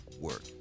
work